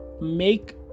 make